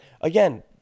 again